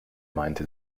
meinte